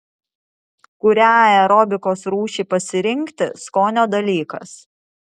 kurią aerobikos rūšį pasirinkti skonio dalykas